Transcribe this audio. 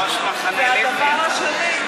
הדבר השני,